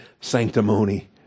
sanctimony